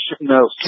no